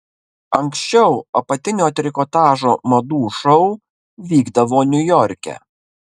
anksčiau apatinio trikotažo madų šou vykdavo niujorke